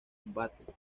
combate